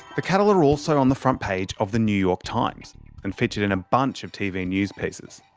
the cattle were also on the front page of the new york times and featured in a bunch of tv news pieces.